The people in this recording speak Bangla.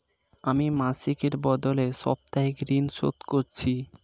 আমি মাসিকের বদলে সাপ্তাহিক ঋন শোধ করছি